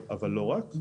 אבל לא רק,